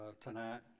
tonight